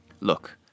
Look